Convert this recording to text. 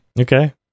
Okay